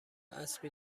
اسبی